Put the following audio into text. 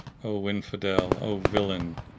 o infidel! o villain!